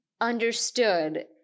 understood